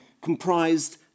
comprised